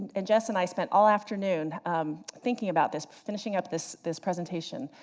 and jess and i spent all afternoon thinking about this, finishing up this this presentation,